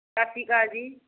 ਸਤਿ ਸ਼੍ਰੀ ਅਕਾਲ ਜੀ